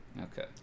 Okay